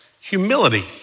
humility